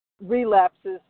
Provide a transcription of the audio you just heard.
relapses